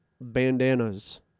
bandanas